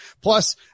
Plus